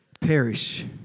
perish